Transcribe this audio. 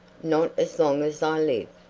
not as long as i live.